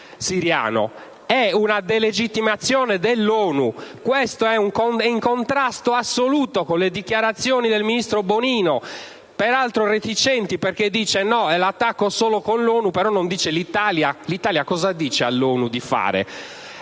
è una delegittimazione dell'ONU. Ciò è in contrasto assoluto con le dichiarazioni del ministro Bonino, peraltro reticenti, perché dice: no, si attacca solo con l'ONU, però non riferisce cosa l'Italia dice all'ONU di fare.